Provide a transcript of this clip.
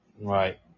right